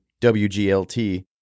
WGLT